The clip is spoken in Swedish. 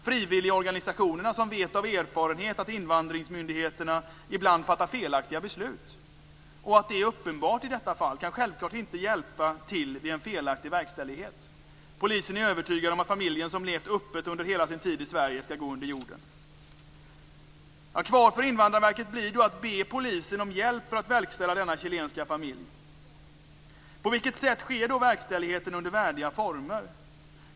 Frivilligorganisationerna, som vet av erfarenhet att invandringsmyndigheterna ibland fattar felaktiga beslut och att det är uppenbart i detta fall, kan självklart inte hjälpa till vid en felaktig verkställighet. Polisen är övertygad om att familjen, som levt öppet under hela sin tid i Sverige, skall gå under jorden. Kvar för Invandrarverket blir då att be polisen om hjälp för att verkställa utvisningen av denna chilenska familj. På vilket sätt sker då verkställigheten under värdiga former?